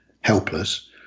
helpless